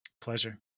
Pleasure